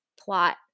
plot